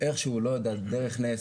לא יודע, דרך נס,